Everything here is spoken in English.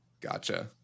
Gotcha